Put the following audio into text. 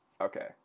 Okay